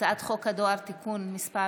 הצעת חוק הדואר (תיקון מס'